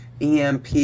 EMP